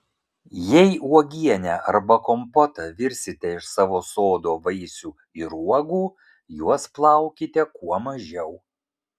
jei uogienę arba kompotą virsite iš savo sodo vaisių ir uogų juos plaukite kuo mažiau